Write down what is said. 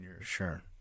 Sure